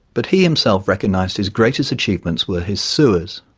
but he himself recognised his greatest achievements were his sewers.